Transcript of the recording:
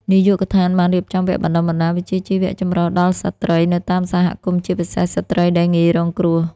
នាយកដ្ឋានបាន រៀបចំវគ្គបណ្តុះបណ្តាលវិជ្ជាជីវៈចម្រុះដល់ស្ត្រីនៅតាមសហគមន៍ ជាពិសេសស្ត្រីដែលងាយរងគ្រោះ។